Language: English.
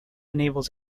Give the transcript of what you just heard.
enables